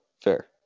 fair